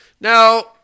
Now